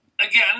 again